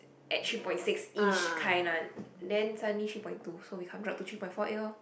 at three point six ish kind one then suddenly three point two so become drop to three point four eight lor